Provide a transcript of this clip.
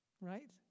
Right